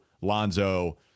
lonzo